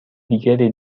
دیگری